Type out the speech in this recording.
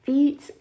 Feet